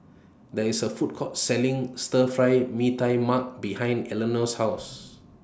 There IS A Food Court Selling Stir Fry Mee Tai Mak behind Elinor's House